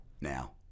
now